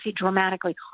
dramatically